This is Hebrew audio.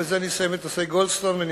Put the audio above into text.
ובזה אני אסיים את נושא גולדסטון ואני